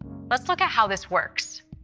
let's look at how this works.